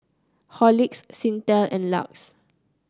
Horlicks Singtel and Lux